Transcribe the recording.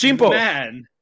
man